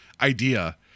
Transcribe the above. idea